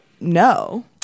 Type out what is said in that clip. no